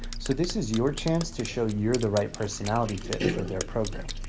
so this is your chance to show you're the right personality fit for their program.